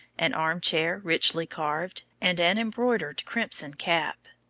an armchair richly carved, and an embroidered crimson cap.